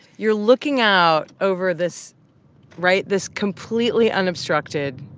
you're looking out over this right? this completely unobstructed,